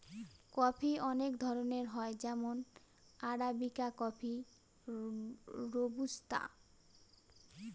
coffee অনেক ধরনের হয় যেমন আরাবিকা কফি, রোবুস্তা